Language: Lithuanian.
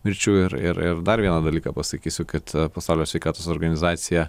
mirčių ir ir ir dar vieną dalyką pasakysiu kad pasaulio sveikatos organizacija